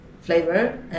flavor